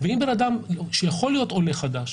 ואם בן אדם שיכול להיות עולה חדש